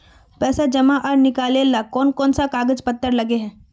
पैसा जमा आर निकाले ला कोन कोन सा कागज पत्र लगे है?